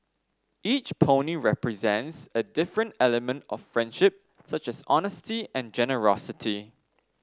each pony represents a different element of friendship such as honesty and generosity